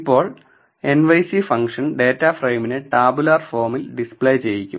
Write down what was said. ഇപ്പോൾ view function ഡാറ്റാഫ്രേമിനെ tabular ഫോമിൽ ഡിസ്പ്ലേ ചെയ്യിക്കും